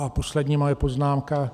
A poslední moje poznámka.